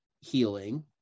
healing